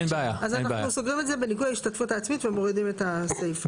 אז אנחנו סוגרים את זה בניכוי ההשתתפות העצמית ומורידים את הסיפה.